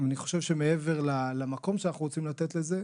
אני חושב שמעבר למקום שאנחנו רוצים לתת לזה,